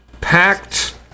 packed